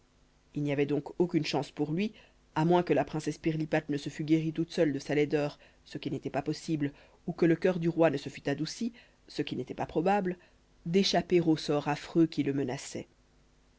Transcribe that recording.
il n'y avait donc aucune chance pour lui à moins que la princesse pirlipate ne se fût guérie toute seule de sa laideur ce qui n'était pas possible ou que le cœur du roi ne se fût adouci ce qui n'était pas probable d'échapper au sort affreux qui le menaçait